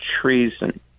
treason